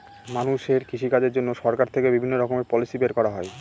মানুষের কৃষিকাজের জন্য সরকার থেকে বিভিণ্ণ রকমের পলিসি বের করা হয়